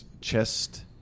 chest